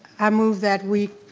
i move that we,